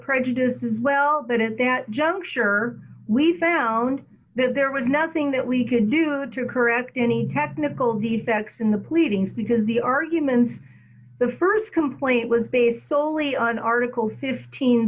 prejudice is well but at that juncture we found that there was nothing that we can do to correct any technical the facts in the pleadings because the arguments the st complaint was based solely on article fifteen